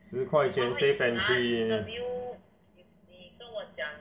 十块钱 safe entry eh